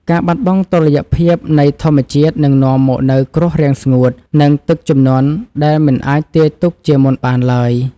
ការបាត់បង់តុល្យភាពនៃធម្មជាតិនឹងនាំមកនូវគ្រោះរាំងស្ងួត និងទឹកជំនន់ដែលមិនអាចទាយទុកជាមុនបានឡើយ។